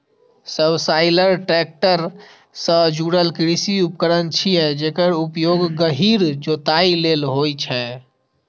subsoiler tractor सं जुड़ल कृषि उपकरण छियै, जेकर उपयोग गहींर जोताइ लेल होइ छै